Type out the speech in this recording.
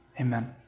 Amen